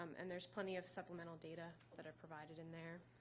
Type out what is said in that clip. um and there's plenty of supplemental data that are provided in there.